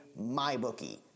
MyBookie